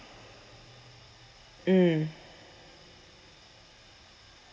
mm